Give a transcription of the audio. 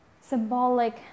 symbolic